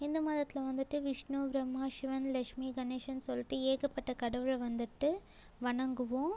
ஹிந்து மதத்தில் வந்துவிட்டு விஷ்ணு பிரம்மா சிவன் லக்ஷ்மி கணேஷன் சொல்லிட்டு ஏகப்பட்ட கடவுளை வந்துவிட்டு வணங்குவோம்